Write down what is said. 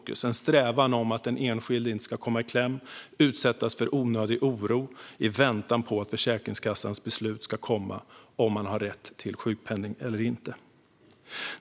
Det finns en strävan efter att den enskilde inte ska komma i kläm och utsättas för onödig oro i väntan på att Försäkringskassans beslut om man har rätt till sjukpenning eller inte ska komma.